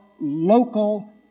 local